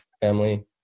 family